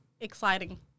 Exciting